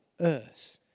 earth